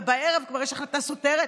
ובערב כבר יש החלטה סותרת.